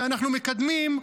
שאנחנו מקדמים,